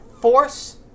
force